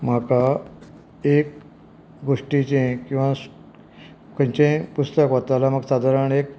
म्हाका एक गोश्टीचें किंवा खंयचेंय पुस्तक वाचतलो जाल्या म्हाका सादारण एक